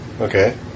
Okay